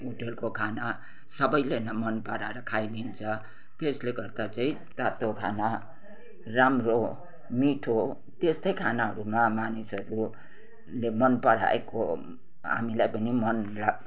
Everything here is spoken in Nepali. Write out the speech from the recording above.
होटेलको खाना सबैले नै मन पराएर खाइदिन्छ त्यसले गर्दा चाहिँ तातो खाना राम्रो मिठो त्यस्तै खानाहरूमा मानिसहरूले मन पराएको हामीलाई पनि मन लाग्